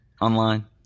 online